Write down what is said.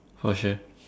for sure